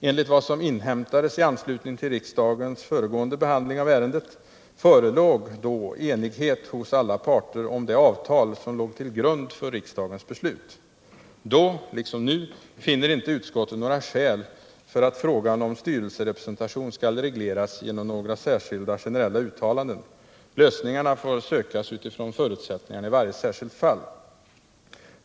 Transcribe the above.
Enligt vad som inhämtades i anslutning till riksdagens behandling av ärendet förelåg enighet hos alla parter om det avtal som låg till grund för riksdagens beslut. Då liksom nu finner inte utskottet några skäl för att frågan om styrelserepresentation skall regleras genom generella uttalanden. Lösningarna får sökas med utgångspunkt i förutsättningarna i varje särskilt fall.